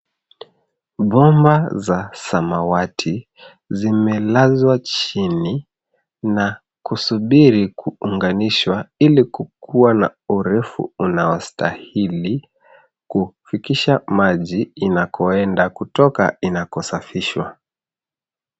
Bomba za samawati zimelazwa chini na kusubiri kuunganishwa ili kukua na urefu unaostahili kufikisha maji inakoenda kutoka inakosafishwa.